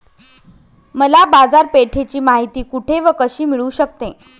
मला बाजारपेठेची माहिती कुठे व कशी मिळू शकते?